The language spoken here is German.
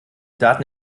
daten